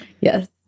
Yes